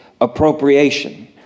appropriation